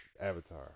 Avatar